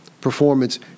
performance